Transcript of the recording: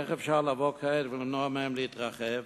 איך אפשר לבוא כעת ולמנוע מהם להתרחב?